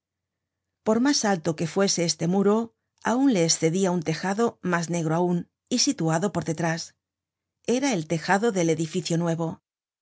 por mas alto que fuese este muro aun le escedia un tejado mas negro aun y situado por detrás era el tejado del edificio nuevo